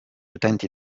utenti